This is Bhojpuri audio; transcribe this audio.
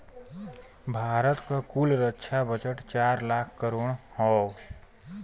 भारत क कुल रक्षा बजट चार लाख करोड़ हौ